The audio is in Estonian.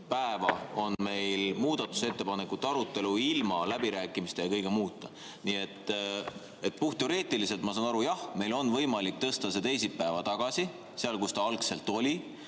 päeva on meil muudatusettepanekute arutelu ilma läbirääkimiste ja kõige muuta. Nii et puhtteoreetiliselt, ma saan aru, jah, meil on võimalik tõsta see teisipäeva tagasi – sinna, kus ta algselt oli